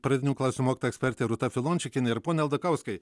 pradinių klasių mokytoja ekspertė rūta filončikienė ir pone aldakauskai